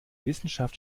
wissenschaft